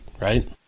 right